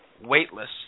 weightless